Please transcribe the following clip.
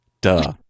duh